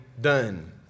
done